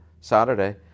Saturday